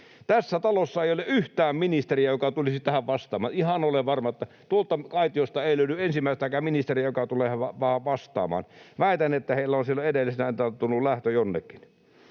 Tässä talossa ei ole yhtään ministeriä, joka tulisi tähän vastaamaan — ihan olen varma, että tuolta aitiosta ei löydy ensimmäistäkään ministeriä, joka tulee vastaamaan. Väitän, että heillä on silloin tullut lähtö jonnekin.